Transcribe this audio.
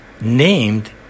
named